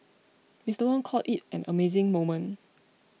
Mister Wong called it an amazing moment